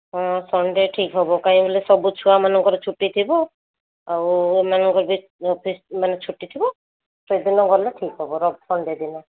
ହଁ ସନ୍ଡ଼େ ଠିକ୍ ହବ କାହିଁକି ଲୋ ସବୁ ଛୁଆମାନଙ୍କର ଛୁଟି ଥିବ ଆଉ ଏମାନଙ୍କର ବି ଅଫିସ୍ ମାନେ ଛୁଟି ଥିବ ସେଦିନ ଗଲେ ଠିକ୍ ହବ ର ସନ୍ଡ଼େ ଦିନ